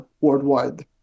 worldwide